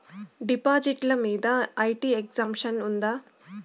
డిపాజిట్లు మీద IT exemption ఉందా?